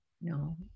No